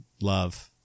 Love